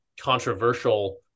controversial